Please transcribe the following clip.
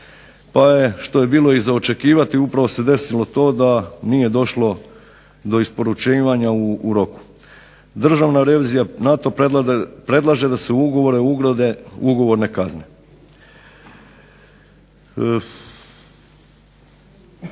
Pa je što je bilo i za očekivati upravo se desilo to da nije došlo do isporučivanja u roku. Državna revizija na to predlaže da se u ugovore ugrade ugovorne kazne.